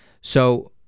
So-